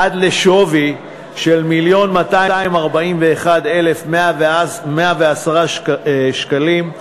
עד שווי מיליון ו-241,110 שקלים,